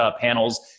panels